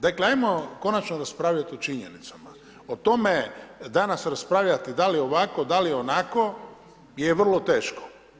Dakle, ajmo konačno raspravljati o činjenicama, o tome, danas raspravljati da li ovako ili da li onako, je vrlo teško.